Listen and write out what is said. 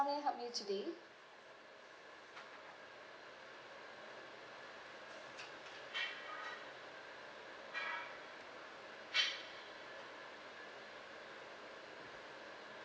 I help you today